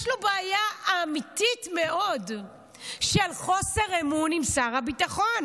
יש לו בעיה אמיתית מאוד של חוסר אמון עם שר הביטחון.